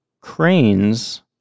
cranes